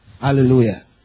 Hallelujah